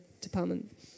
department